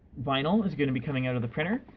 vinyl is gonna be coming out of the printer,